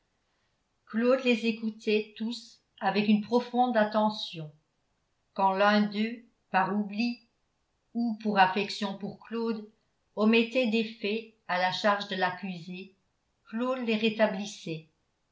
les écoutait tous avec une profonde attention quand l'un d'eux par oubli ou par affection pour claude omettait des faits à la charge de l'accusé claude les rétablissait